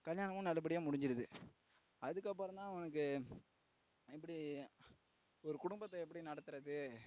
கல்யாணமும் நல்ல படியாக முடிஞ்சிருது அதுக்கப்புறந்தான் அவனுக்கு எப்படி ஒரு குடும்பத்தை எப்படி நடத்துறது